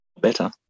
better